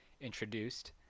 introduced